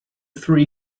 three